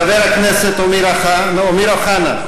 חבר הכנסת אמיר אוחנה,